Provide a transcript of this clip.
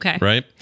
right